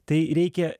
tai reikia